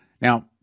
Now